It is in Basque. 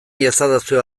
iezadazue